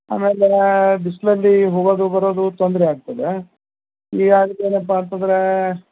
ಆಮೇಲೆ ಬಿಸಿಲಲ್ಲಿ ಹೋಗೋದು ಬರೋದು ತೊಂದರೆ ಆಗ್ತದೆ ಈಗ ಅದಕ್ಕೆ ಏನಪ್ಪಾ ಅಂತಂದರೆ